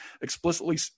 explicitly